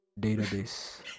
database